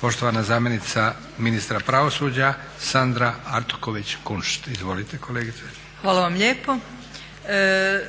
Poštovana zamjenica ministra pravosuđa Sandra Artuković Kunšt. Izvolite kolegice. **Artuković Kunšt, Sandra** Hvala vam lijepo.